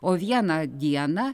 o vieną dieną